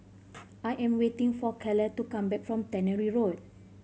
I am waiting for Kale to come back from Tannery Road